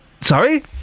Sorry